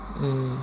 mm